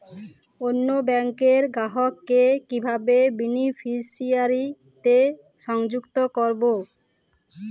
অন্য ব্যাংক র গ্রাহক কে কিভাবে বেনিফিসিয়ারি তে সংযুক্ত করবো?